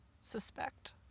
suspect